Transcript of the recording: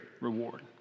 reward